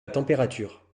température